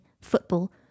football